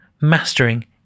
mastering